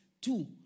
two